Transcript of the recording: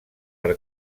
per